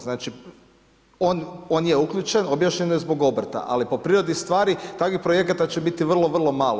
Znači on je uključen, objašnjen je zbog obrta ali po prirodi stvari takvih projekata će biti vrlo, vrlo malo.